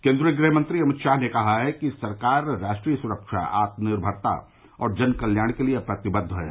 केन्द्रीय गृहमंत्री अमित शाह ने कहा है कि सरकार राष्ट्रीय सुरक्षा आत्मनिर्मरता और जन कल्याण के लिए प्रतिबद्व है